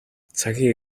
цагийн